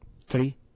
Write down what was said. Three